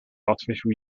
artificial